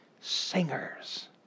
Singers